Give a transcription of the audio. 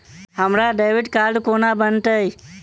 हमरा credit card कोना बनतै?